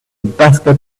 basket